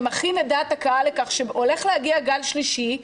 ומכין את דעת הקהל לכך שהולך להגיע גל שלישי,